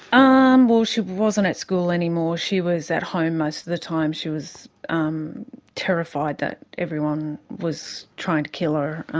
um well, she wasn't at school anymore, she was at home most of the time. she was um terrified that everyone was trying to kill her.